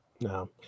no